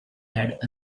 had